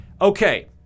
Okay